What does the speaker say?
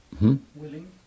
Willing